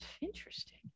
Interesting